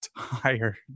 tired